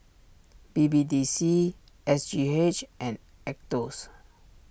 B B D C S G H and Aetos